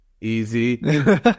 Easy